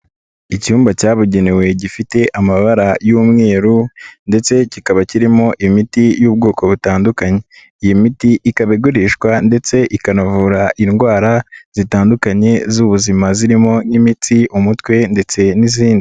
Icyumba cyabugenewe gifite amabara y'umweru ndetse kikaba kirimo imiti y'ubwoko butandukanye, iyi miti ikaba igurishwa ndetse ikanavura indwara zitandukanye z'ubuzima zirimo n'imitsi, umutwe ndetse n'izindi.